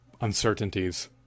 uncertainties